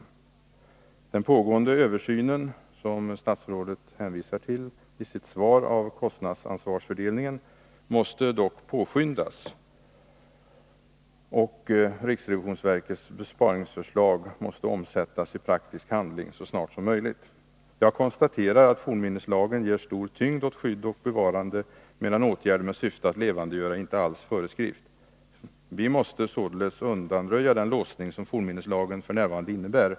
Nr 157 Den pågående översynen av kostnadsansvarsfördelningen, som statsrådet Fredagen den hänvisar till i sitt svar, måste påskyndas och riksrevisionsverkets besparings = 27 maj 1983 förslag omsättas i praktisk handling så snart som möjligt. Jag konstaterar att fornminneslagen ger stor tyngd åt skydd och bevarande, medan åtgärder med syfte att levandegöra inte alls föreskrivs. Vi måste således undanröja den låsning som fornminneslagen f. n. innebär.